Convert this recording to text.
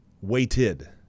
weighted